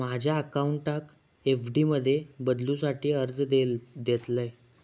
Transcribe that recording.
माझ्या अकाउंटाक एफ.डी मध्ये बदलुसाठी अर्ज देतलय